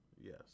yes